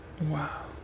Wow